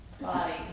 body